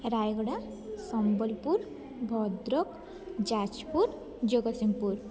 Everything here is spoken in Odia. ରାୟଗଡ଼ା ସମ୍ବଲପୁର ଭଦ୍ରକ ଯାଜପୁର ଜଗତସିଂହପୁର